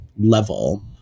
level